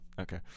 Okay